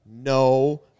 no